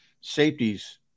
safeties